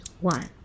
one